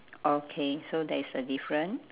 okay so there is a difference